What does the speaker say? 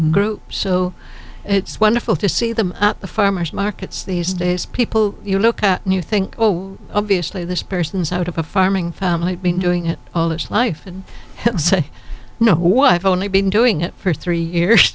group so it's wonderful to see them at the farmers markets these days people you look at and you think oh obviously this person's out of a farming family been doing it all its life and say you know what i've only been doing it for three years